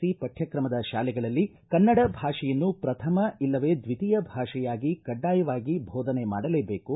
C ಪಠ್ಕಕಮದ ಶಾಲೆಗಳಲ್ಲಿ ಕನ್ನಡ ಭಾಷೆಯನ್ನು ಪ್ರಥಮ ಇಲ್ಲವೇ ದ್ವಿತೀಯ ಭಾಷೆಯಾಗಿ ಕಡ್ಡಾಯವಾಗಿ ಬೋಧನೆ ಮಾಡಲೇಬೇಕು